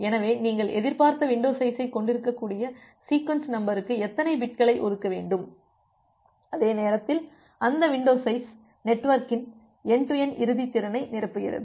எனவே நீங்கள் எதிர்பார்த்த வின்டோ சைஸைக் கொண்டிருக்கக்கூடிய சீக்வென்ஸ் நம்பருக்கு எத்தனை பிட்களை ஒதுக்க வேண்டும் அதே நேரத்தில் அந்த வின்டோ சைஸ் நெட்வொர்க்கின் என்டு டு என்டு இறுதி திறனை நிரப்புகிறது